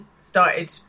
started